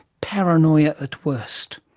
paranoia at worst.